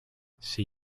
see